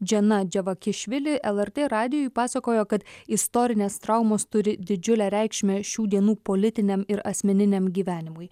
džiana dževakišvili lrt radijui pasakojo kad istorinės traumos turi didžiulę reikšmę šių dienų politiniam ir asmeniniam gyvenimui